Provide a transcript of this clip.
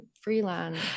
freelance